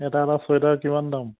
এটা এটা চুৱেটাৰ কিমান দাম